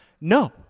No